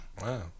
Wow